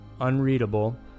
unreadable